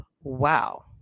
Wow